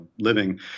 living